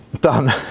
done